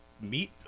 meet